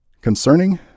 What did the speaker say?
Concerning